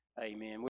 Amen